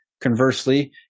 Conversely